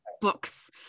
books